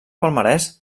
palmarès